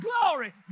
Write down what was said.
Glory